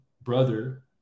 brother